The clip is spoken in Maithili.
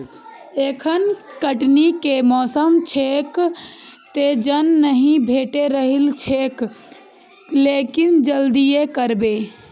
एखन कटनी के मौसम छैक, तें जन नहि भेटि रहल छैक, लेकिन जल्दिए करबै